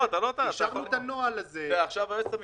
אישרנו את הנוהל הזה בוועדה,